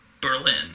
Berlin